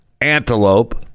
antelope